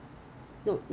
so some okay